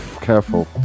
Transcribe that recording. Careful